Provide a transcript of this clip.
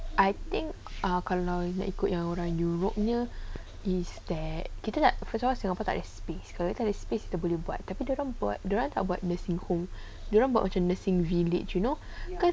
I think kalau you nak ikut yang orang europe punya is that kita first of all kita singapore tak ada space tapi kalau ada space kita boleh buat tapi dia orang buat dia orang tak buat nursing home dia orang buat macam nursing bilik you know